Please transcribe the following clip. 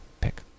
pick